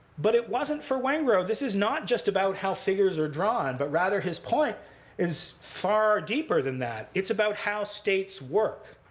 but it wasn't for wengrow. this is not just about how figures are drawn, but rather, his point is far deeper than that. it's about how states work.